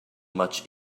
much